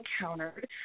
encountered